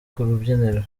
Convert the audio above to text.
kurubyiniro